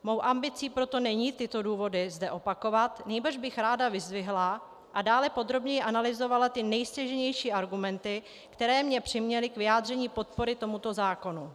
Mou ambicí proto není tyto důvody zde opakovat, nýbrž bych ráda vyzdvihla a dále podrobněji analyzovala ty nejstěžejnější argumenty, které mě přiměly k vyjádření podpory tomuto zákonu.